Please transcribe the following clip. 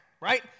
right